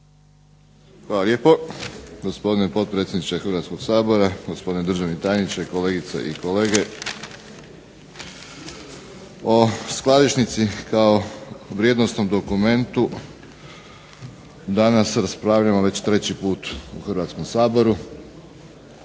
Hvala lijepo uvaženi potpredsjedniče Hrvatskog sabora, gospodine državni tajniče, kolegice i kolege. O skladišnici kao vrijednosnom dokumentu danas raspravljamo već 3 puta u Hrvatskom saboru.